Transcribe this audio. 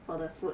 for the food